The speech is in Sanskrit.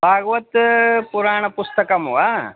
भागवत् पुराणपुस्तकं वा